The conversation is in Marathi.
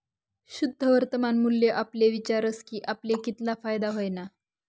शुद्ध वर्तमान मूल्य आपले विचारस की आपले कितला फायदा व्हयना